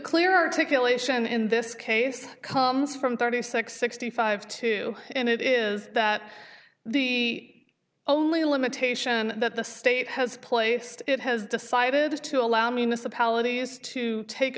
clear articulation in this case comes from thirty six sixty five two and it is that the only limitation that the state has placed it has decided to allow municipalities to take